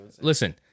Listen